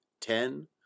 Ten